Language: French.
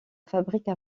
fabrique